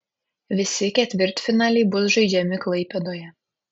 visi ketvirtfinaliai bus žaidžiami klaipėdoje